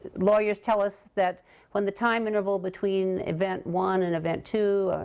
lawyers tell us that when the time interval between event one and event two,